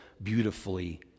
beautifully